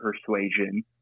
persuasion